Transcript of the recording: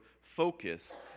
focus